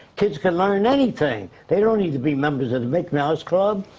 kids can learn anything. they don't need to be members of mickey mouse club.